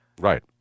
Right